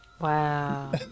wow